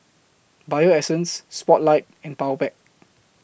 Bio Essence Spotlight and Powerpac